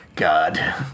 God